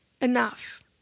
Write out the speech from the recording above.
enough